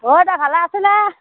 অঁ দা ভালে আছেনে